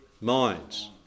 minds